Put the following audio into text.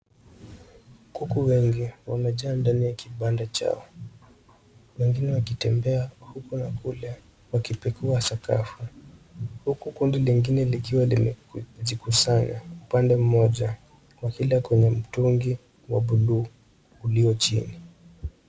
Kuku wengi wamejaa ndani ya kibanda chao wengine wakitembea huku na kule wakipekua sakafu huku kundi lingine likiwa limejikusanya upande mmoja wa kila kwenye mtungi wa buluu ulio chini.